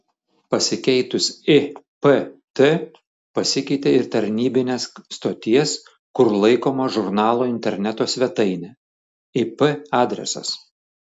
pasikeitus ipt pasikeitė ir tarnybinės stoties kur laikoma žurnalo interneto svetainė ip adresas